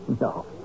No